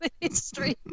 history